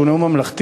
שהיה נאום ממלכתי,